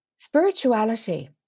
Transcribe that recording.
spirituality